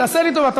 תעשה לי טובה.